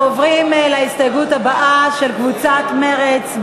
אנחנו עוברים להסתייגות הבאה של קבוצת מרצ,